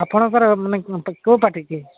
ଆପଣଙ୍କର ମାନେ କ'ଣ କେଉଁ ପାର୍ଟିକୁ